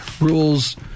rules